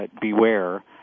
beware